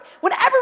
Whenever